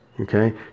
Okay